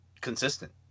consistent